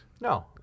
No